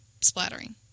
splattering